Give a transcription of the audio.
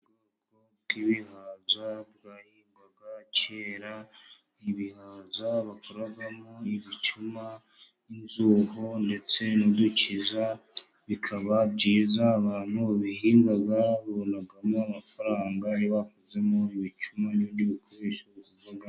Ibihaza byahingwaga kera, ibihaza bakoramo ibicuma n' inzuho, ndetse n'udukiza . Bikaba byiza abantu babihinga babonamo amafaranga, iyo bakozemo ibicuma n'ibindi bikoresho bivamo.